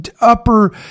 upper